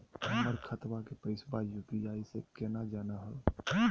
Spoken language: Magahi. हमर खतवा के पैसवा यू.पी.आई स केना जानहु हो?